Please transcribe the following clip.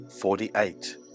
Forty-eight